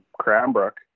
Cranbrook